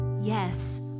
yes